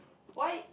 why